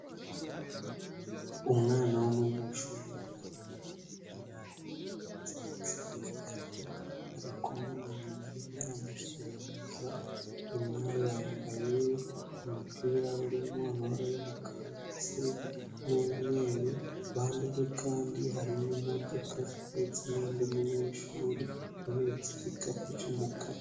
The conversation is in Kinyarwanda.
Umwana w'umunyeshuri yambaye umupira w'ubururu ndetse ahetse n'igikapu ari kumwe na nyina arimo aramusuhuza, nyina yambaye umupira urimo amabara y'umukara ndetse n'umweru, iruhande rwe kandi hari imodoka ziparitse n'undi munyeshuri uhetse igikapu cy'umukara.